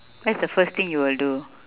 that's the first thing you will do